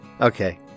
Okay